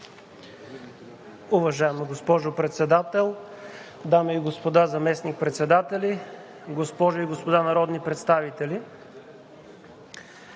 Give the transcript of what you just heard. Уважаема госпожо Председател, дами и господа заместник-председатели, госпожи и господа народни представители!